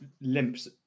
limps